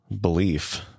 belief